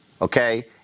okay